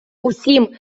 усім